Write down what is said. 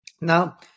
Now